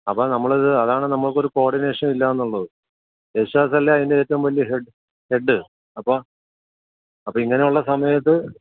അപ്പം നമ്മൾ ഇത് അതാണ് നമുക്ക് ഒരു കോഡിനേഷൻ ഇല്ല എന്നുള്ളത് യേശുദാസല്ലേ ഐൻ്റെ ഏറ്റവും വലിയ ഹെഡ് ഹെഡ്ഡ് അപ്പോൾ അപ്പം ഇങ്ങനെയുള്ള സമയത്ത്